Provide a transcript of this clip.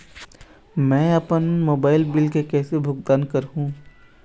मैं अपन mobile bill के कैसे भुगतान कर हूं?